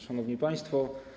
Szanowni Państwo!